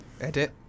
edit